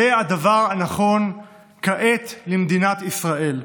זה הדבר הנכון כעת למדינת ישראל.